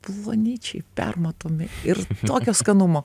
plonyčiai permatomi ir tokio skanumo